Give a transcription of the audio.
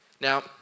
Now